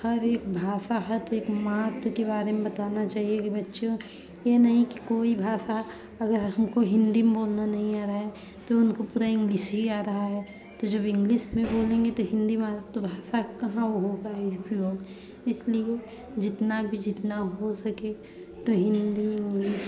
हर एक भाषा हर एक मात के बारे में बताना चाहिए कि बच्चों ये नहीं कि कोई भाषा अगर हमको हिन्दी में बोलना नहीं आ रहा है तो उनको पूरा इंग्लिस ही आ रहा है तो जब इंग्लिस में बोलेंगे तो हिन्दी मातृभाषा कहाँ हो पाएगी फिर वो इसलिए जितना भी जितना हो सके तो हिन्दी इंग्लिस